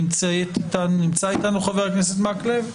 נמצא איתנו חבר הכנסת מקלב?